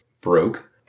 broke